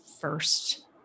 first